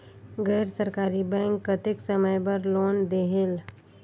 गैर सरकारी बैंक कतेक समय बर लोन देहेल?